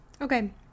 Okay